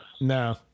No